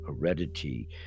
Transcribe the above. heredity